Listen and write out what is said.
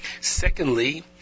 Secondly